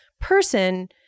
person